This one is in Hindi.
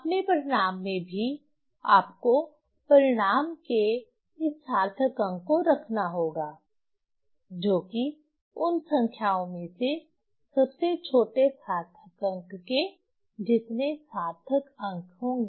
अपने परिणाम में भी आपको परिणाम के इस सार्थक अंक को रखना होगा जो कि उन संख्याओं में से सबसे छोटे सार्थक अंक के जितने सार्थक अंक होंगे